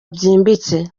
byimbitse